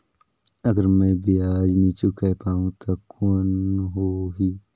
अगर मै ब्याज नी चुकाय पाहुं ता कौन हो ही?